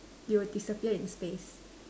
it will disappear in space